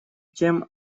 тем